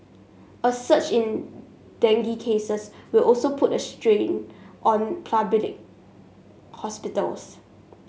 a surge in dengue cases will also put a strain on public hospitals